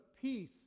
peace